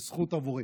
זאת זכות עבורי.